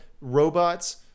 robots